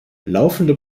laufende